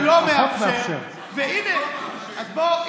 החוק מאפשר ודינה זילבר אומרת שלא.